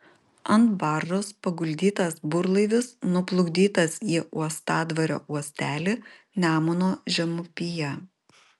ant baržos paguldytas burlaivis nuplukdytas į uostadvario uostelį nemuno žemupyje